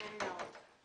אין הערות.